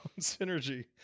Synergy